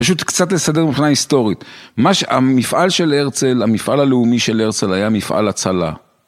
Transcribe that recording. פשוט קצת לסדר מבחינה היסטורית, המפעל של הרצל, המפעל הלאומי של הרצל היה מפעל הצלה.